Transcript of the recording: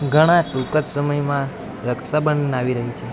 ઘણા ટૂંક જ સમયમાં રક્ષાબંધન આવી રહી છે